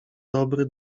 dobry